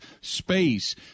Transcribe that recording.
space